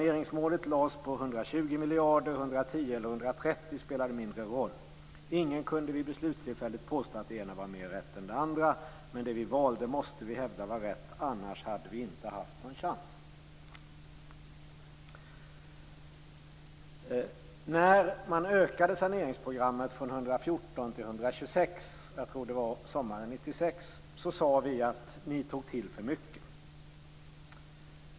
110 eller 130 spelade mindre roll. Ingen kunde vid beslutstillfället påstå att det ena var mer rätt än det andra. Men det vi valde måste vi hävda var rätt. Annars hade vi inte haft någon chans." När ni ökade saneringsprogrammet från 114 till 126 - jag tror att det var sommaren 1996 - sade vi att ni tog till för mycket.